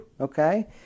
okay